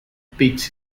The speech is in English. beats